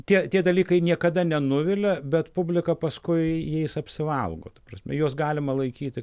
tie tie dalykai niekada nenuvilia bet publika paskui jais apsivalgo ta prasme juos galima laikyti